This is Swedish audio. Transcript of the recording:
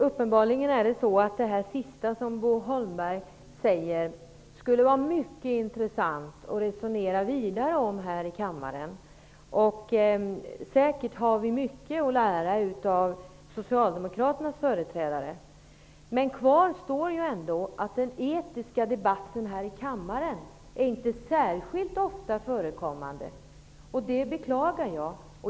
Herr talman! Det sista som Bo Holmberg talade om skulle det vara mycket intressant att resonera vidare om här i kammaren. Säkert har vi mycket att lära av Socialdemokraternas företrädare. Men kvar står ju ändå att det inte särskilt ofta förekommer någon etisk debatt här i kammaren, och det beklagar jag.